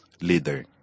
leader